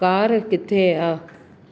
car किथे आहे